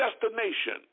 destination